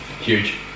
Huge